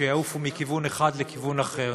שיעופו מכיוון אחד לכיוון אחר.